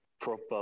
proper